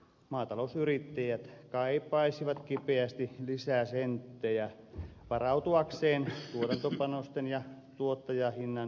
maatalousyrittäjät kaipaisivat kipeästi lisää senttejä varautuakseen tuotantopanosten ja tuottajahinnan heilahteluihin